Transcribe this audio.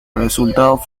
resultados